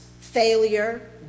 failure